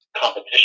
competition